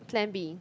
plan B